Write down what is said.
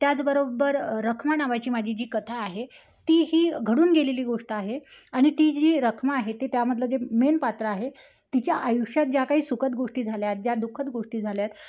त्याचबरोबर रखमा नावाची माझी जी कथा आहे ती ही घडून गेलेली गोष्ट आहे आणि ती जी रखमा आहे ते त्यामधलं जे मेन पात्र आहे तिच्या आयुष्यात ज्या काही सुखद गोष्टी झाल्या आहेत ज्या दुःखद गोष्टी झाल्या आहेत